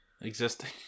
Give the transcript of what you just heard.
Existing